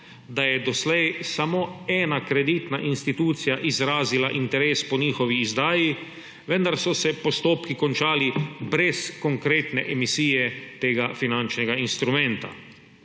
da je doslej samo ena kreditna institucija izrazila interes po njihovi izdaji, vendar so se postopki končali brez konkretne emisije tega finančnega instrumenta.